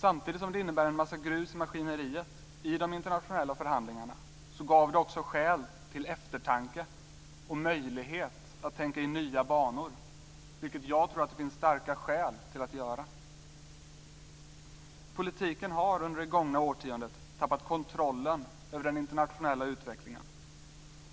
Samtidigt som det innebar en massa grus i maskineriet i de internationella förhandlingarna gav det skäl till eftertanke och möjlighet att tänka i nya banor, vilket jag tror att det finns starka skäl att göra. Politiken har under det gångna årtiondet tappat kontrollen över den internationella utvecklingen.